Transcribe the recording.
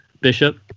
bishop